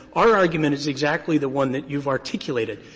our argument is exactly the one that you've articulated.